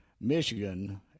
Michigan